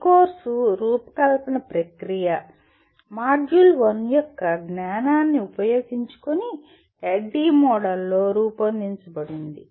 ఈ కోర్సు రూపకల్పన ప్రక్రియ మాడ్యూల్ 1 యొక్క జ్ఞానాన్ని ఉపయోగించుకుని ADDIE మోడల్ లో రూపొందించబడింది